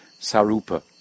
Sarupa